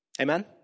Amen